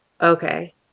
Okay